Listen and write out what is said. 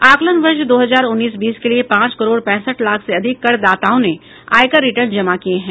आकलन वर्ष दो हजार उन्नीस बीस के लिए पांच करोड़ पैंसठ लाख से अधिक करदाताओं ने आयकर रिटर्न जमा किए हैं